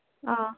ꯑꯥ